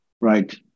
right